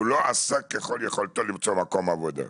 הוא לא עשה ככל יכולתי למצוא מקום עבודה.